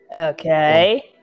Okay